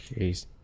jeez